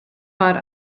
bar